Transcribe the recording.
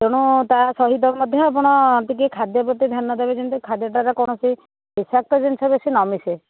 ତେଣୁ ତା ସହିତ ମଧ୍ୟ ଆପଣ ଟିକିଏ ଖାଦ୍ୟପ୍ରତି ଧ୍ୟାନଦେବେ ଯେମିତି ଖାଦ୍ୟଟାରେ କୌଣସି ବିଷାକ୍ତ ଜିନିଷ ଯେମିତି ନ ମିଶେ